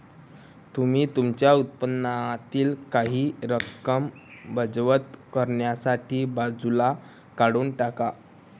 तुम्ही तुमच्या उत्पन्नातील काही रक्कम बचत करण्यासाठी बाजूला काढून टाका